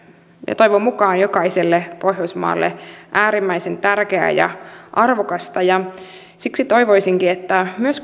ja toivon mukaan jokaiselle pohjoismaalle äärimmäisen tärkeää ja arvokasta siksi toivoisinkin että myös